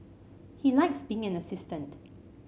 he likes being an assistant